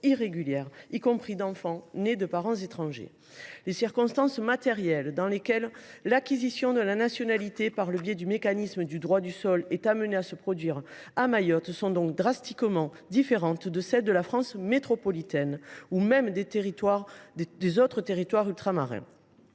irrégulière, y compris d’enfants nés de parents étrangers. Les circonstances matérielles dans lesquelles l’acquisition de la nationalité par le biais du mécanisme du droit du sol s’applique à Mayotte sont donc drastiquement différentes de celles qui prévalent en France métropolitaine, ou même dans les autres territoires ultramarins.